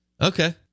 Okay